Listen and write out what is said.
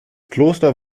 kloster